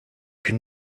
can